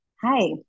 Hi